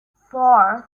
four